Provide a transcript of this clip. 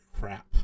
crap